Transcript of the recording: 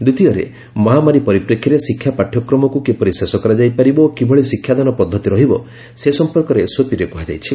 ଦ୍ୱିତୀୟରେ ମହାମାରୀ ପରିପ୍ରେକ୍ଷୀରେ ଶିକ୍ଷା ପାଠ୍ୟକ୍ରମକୁ କିପରି ଶେଷ କରାଯାଇ ପାରିବ ଓ କିଭଳି ଶିକ୍ଷାଦାନ ପଦ୍ଧତି ରହିବ ସେ ସଫପର୍କରେ ଏସ୍ଓପିରେ କୁହାଯାଇଛି